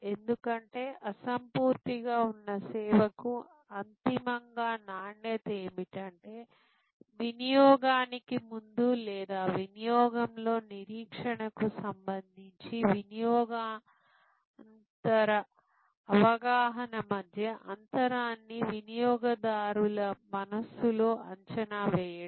ఎందుకంటే అసంపూర్తిగా ఉన్న సేవకు అంతిమంగా నాణ్యత ఏమిటంటే వినియోగానికి ముందు లేదా వినియోగంలో నిరీక్షణకు సంబంధించి వినియోగానంతర అవగాహన మధ్య అంతరాన్ని వినియోగదారుల మనస్సులో అంచనా వేయడం